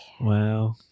Wow